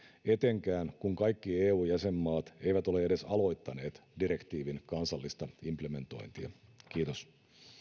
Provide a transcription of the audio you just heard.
etenkään kun kaikki eu jäsenmaat eivät ole edes aloittaneet direktiivin kansallista implementointia kiitos